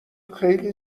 خیلی